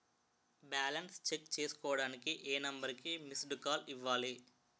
Balance check చేసుకోవటానికి ఏ number కి మిస్డ్ కాల్ ఇవ్వాలి?